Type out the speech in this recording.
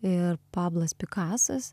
ir pablas pikasas